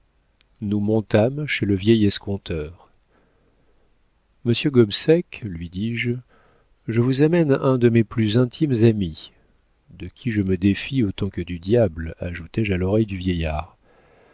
nous montâmes chez le vieil escompteur monsieur gobseck lui dis-je je vous amène un de mes plus intimes amis de qui je me défie autant que du diable ajoutai-je à l'oreille du vieillard